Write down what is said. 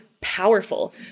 powerful